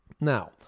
Now